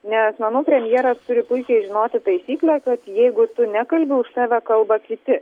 nes manau premjeras turi puikiai žinoti taisyklę kad jeigu tu nekalbi už tave kalba kiti